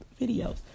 videos